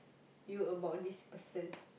you about this person